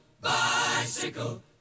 bicycle